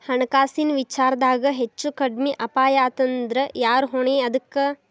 ಹಣ್ಕಾಸಿನ್ ವಿಚಾರ್ದಾಗ ಹೆಚ್ಚು ಕಡ್ಮಿ ಅಪಾಯಾತಂದ್ರ ಯಾರ್ ಹೊಣಿ ಅದಕ್ಕ?